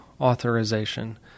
authorization